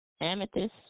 Amethyst